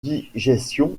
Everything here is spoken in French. digestion